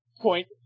point